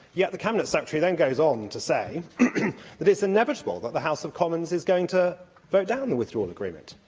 yet the cabinet secretary then goes on to say that it's inevitable that the house of commons is going to vote down the withdrawal agreement,